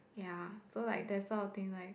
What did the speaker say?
ya so like that sort of thing like